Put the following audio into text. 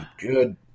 good